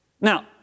Now